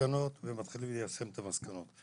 מסקנות ואז ליישם את המסקנות.